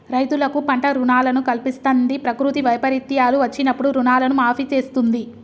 రైతులకు పంట రుణాలను కల్పిస్తంది, ప్రకృతి వైపరీత్యాలు వచ్చినప్పుడు రుణాలను మాఫీ చేస్తుంది